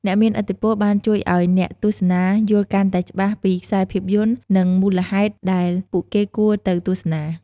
អ្នកមានឥទ្ធិពលបានជួយឱ្យអ្នកទស្សនារយល់កាន់តែច្បាស់ពីខ្សែភាពយន្ត និងមូលហេតុដែលពួកគេគួរទៅទស្សនា។